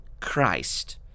Christ